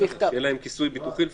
שיהיה להם כיסוי ביטוחי לפחות.